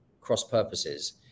cross-purposes